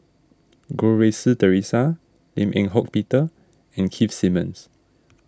Goh Rui Si theresa Lim Eng Hock Peter and Keith Simmons